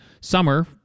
summer